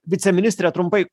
viceministre trumpai